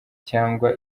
cyangwa